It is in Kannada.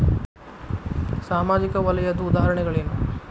ಸಾಮಾಜಿಕ ವಲಯದ್ದು ಉದಾಹರಣೆಗಳೇನು?